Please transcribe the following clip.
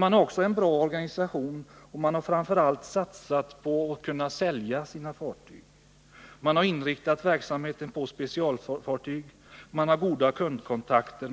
Man har också en bra organisation, och man har framför allt satsat på att kunna sälja sina fartyg. Man har inriktat verksamheten på specialfartyg, och man har goda kundkontakter.